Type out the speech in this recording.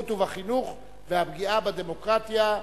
ובחינוך והפגיעה בדמוקרטיה.